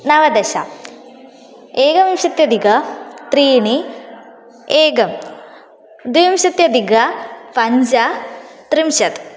नवदश एकविंशत्यघिक त्रीणि एकं द्वाविंशत्यधिक पञ्चत्रिंशत्